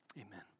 amen